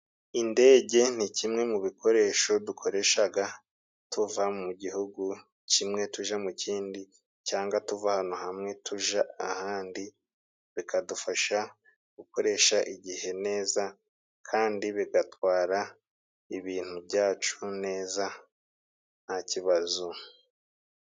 Indege ni kimwe mu bikoresho dukoreshaga tuva mu gihugu kimwe tuja mu kindi cyangwa tuva ahantu hamwe tuja ahandi, bikadufasha gukoresha igihe neza kandi bigatwara ibintu byacu neza nta kibazo.